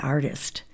Artist